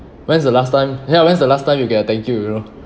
when's the last time ya when's the last time you get a thank you know